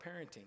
parenting